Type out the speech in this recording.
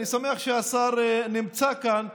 אז אני שמח שהשר נמצא כאן,